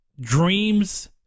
dreams